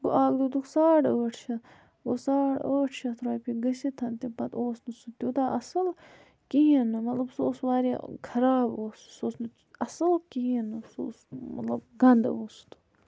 گوٚو اَکھ دِتُکھ ساڑ ٲٹھ شیٚتھ گوٚو ساڑ ٲٹھ شیٚتھ رۄپیہِ گٔژھِتھ تہِ پَتہٕ اوس نہٕ سُہ تیوٗتاہ اَصٕل کِہیٖنۍ نہٕ مطلب سُہ اوس واریاہ خراب اوس سُہ اوس نہٕ اَصٕل کِہیٖنۍ نہٕ سُہ اوس مطلب گَندٕ اوس